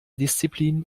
disziplinen